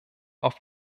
auf